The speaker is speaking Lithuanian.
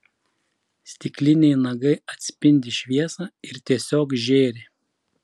stikliniai nagai atspindi šviesą ir tiesiog žėri